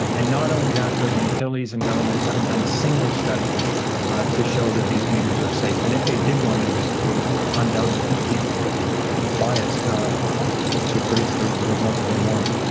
and not only that, but the utilities and government haven't done a single study to show that these meters are safe. and if they did one, it would undoubtedly be biased ah to produce the result that they wanted.